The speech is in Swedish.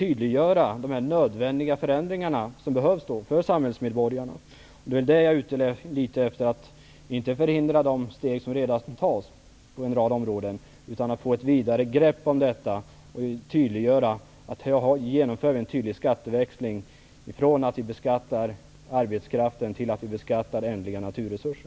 Dessutom kan detta tydliggöra de förändringar som behövs för samhällsmedborgarna. Jag är inte ute efter att förhindra de steg som redan tas på en rad områden, utan jag är ute efter att vi skall få ett vidare grepp om detta. Jag vill att det skall tydliggöras att här genomför vi en tydlig skatteväxling -- från beskattning av arbetskraft till beskattning av ändliga naturresurser.